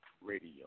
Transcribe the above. radio